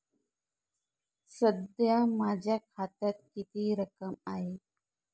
सध्या माझ्या खात्यात किती रक्कम आहे?